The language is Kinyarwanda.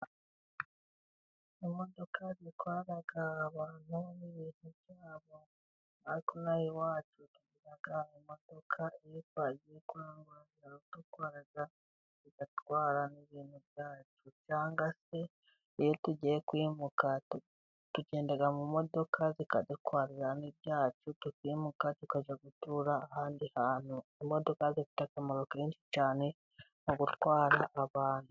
Imodoka zitwara abantu n'ibintu byabo, natwe inaha iwacu tugira imodoka, iyo twagiye kurangura iradutwara, igatwara n'ibintu byacu, cyangwa se iyo tugiye kwimuka, tugenda mu modoka zikadutwarira n'ibyacu, tukimuka tukajya gutura ahandi hantu, imodoka zifite akamaro kenshi cyane, mu gutwara abantu.